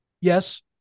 yes